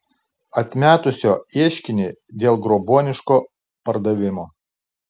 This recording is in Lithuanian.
atmetusio ieškinį dėl grobuoniško pardavimo